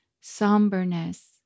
somberness